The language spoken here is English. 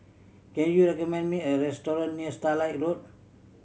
can you recommend me a restaurant near Starlight Road